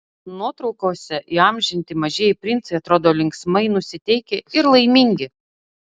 nuotraukose įamžinti mažieji princai atrodo linksmai nusiteikę ir laimingi